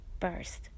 first